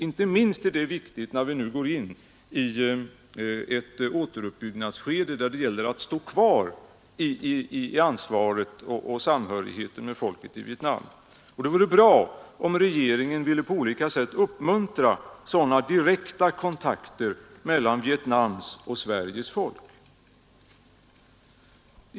Inte minst är detta viktigt när Vietnam nu går in i ett återuppbyggnadsskede. Det gäller då att stå kvar vid ansvaret och samhörigheten med folket i Vietnam. Det vore bra, om regeringen på olika sätt ville uppmuntra sådana direkta kontakter mellan Vietnams och Sveriges folk.